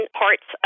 parts